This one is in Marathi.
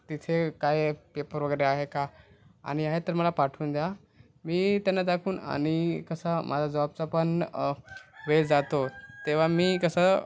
तिथे काय पेपर वगैरे आहे का आणि आहे तर मला पाठवून द्या मी त्यांना दाखवून आणि कसा माझा जॉबचा पण वेळ जातो तेव्हा मी कसं